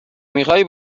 میخوای